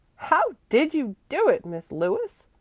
how did you do it, miss lewis?